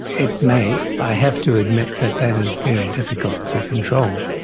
it may. i have to admit that that is very difficult to control.